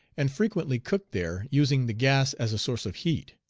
and frequently cooked there, using the gas as a source of heat.